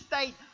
state